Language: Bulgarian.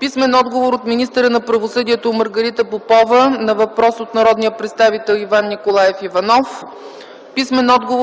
Иванов; - от министъра на правосъдието Маргарита Попова на въпрос от народния представител Иван Николаев Иванов; -